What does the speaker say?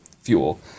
fuel